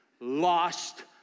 lost